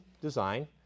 design